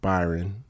Byron